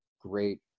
great